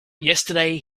yesterday